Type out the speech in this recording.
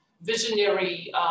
visionary